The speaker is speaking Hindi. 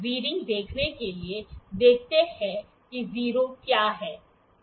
अब रीडिंग देखने के लिए देखते हैं कि 0 क्या है